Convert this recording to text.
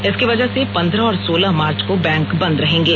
इसकी वजह से पंद्रह और सोलह मार्च को बैंक बन्द रहेंगे